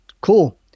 cool